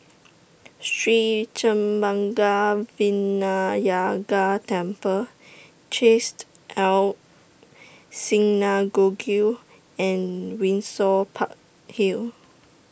Sri Senpaga Vinayagar Temple Chesed El Synagogue and Windsor Park Hill